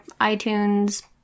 iTunes